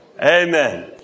Amen